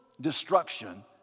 destruction